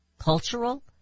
Cultural